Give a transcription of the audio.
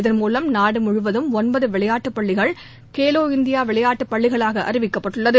இதன் மூலம் நாடு முழுவதும் ஒன்பது விளையாட்டுப் பள்ளிகள் கேலோ இந்தியா விளையாட்டுப் பள்ளிகளாக அறிவிக்கப்பட்டுள்ளது